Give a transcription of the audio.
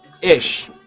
Ish